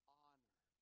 honor